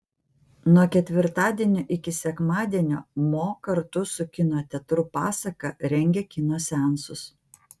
nuo ketvirtadienio iki sekmadienio mo kartu su kino teatru pasaka rengia kino seansus